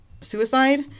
suicide